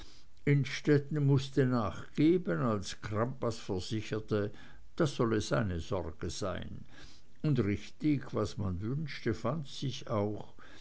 innstetten mußte nachgeben als crampas versicherte das solle seine sorge sein und richtig was man wünschte fand sich auch